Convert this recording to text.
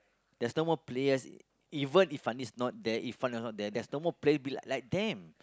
there's no more players even if Fandi is not there Irfan is not there there's no more players be like them